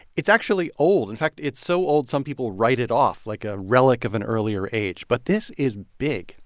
it's actually old. in fact, it's so old, some people write it off like a relic of an earlier age. but this is big.